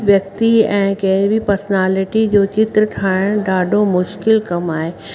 व्यक्ति ऐं कंहिं बि पर्सनालिटी जो चित्र ठाहिण ॾाढो मुश्किल कमु आहे